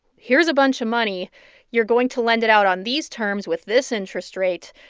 here's a bunch of money you're going to lend it out on these terms with this interest rate,